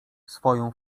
swoją